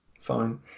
Fine